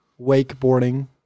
wakeboarding